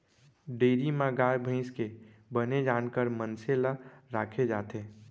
dairy म गाय भईंस के बने जानकार मनसे ल राखे जाथे